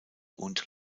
und